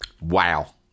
Wow